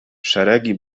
szeregi